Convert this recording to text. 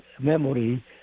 memory